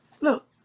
Look